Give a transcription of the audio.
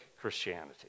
Christianity